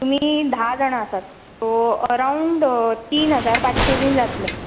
तुमी धा जाणा आसात सो अरांवड तीन हजार पांचशें बी जातले